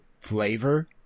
flavor